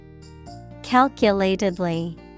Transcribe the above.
calculatedly